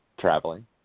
traveling